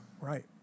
Right